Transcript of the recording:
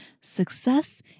success